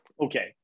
Okay